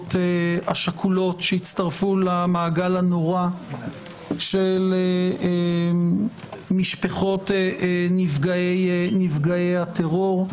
המשפחות השכולות שהצטרפו למעגל הנורא של משפחות נפגעי הטרור.